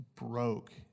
broke